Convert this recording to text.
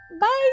Bye